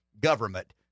government